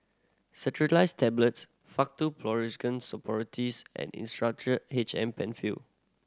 Cetirizine Tablets Faktu Policresulen Suppositories and Insulatard H M Penfill